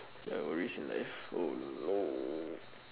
ya worries in life oh no